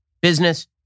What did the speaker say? business